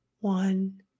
one